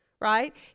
right